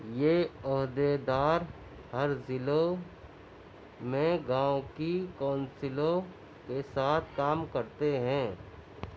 یہ عہدے دار ہر ضلعو میں گاؤں کی کونسلوں کے ساتھ کام کرتے ہیں